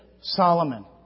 Solomon